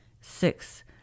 six